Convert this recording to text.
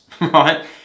right